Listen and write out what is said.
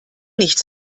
nicht